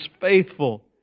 faithful